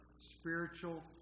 spiritual